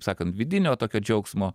sakant vidinio tokio džiaugsmo